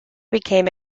became